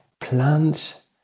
plants